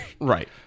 Right